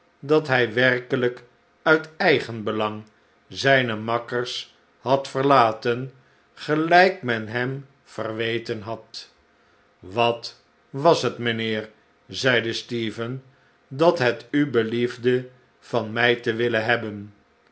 dat hij werkelijk uit eigenbelang zijne makkers had verlaten gelijk men hem verweten had wat was het mijnheer zeide stephen dat het u beliefde van mij te willen hebben